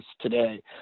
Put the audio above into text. today